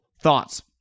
Thoughts